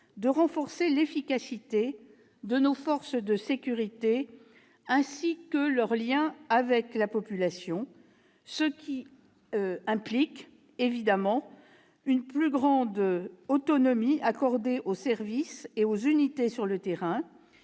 de renforcer l'efficacité de nos forces de sécurité, tout comme leurs liens avec la population, ce qui implique une plus grande autonomie accordée aux services et aux unités sur le terrain,